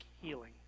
healing